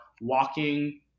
walking